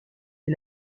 est